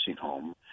home